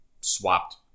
swapped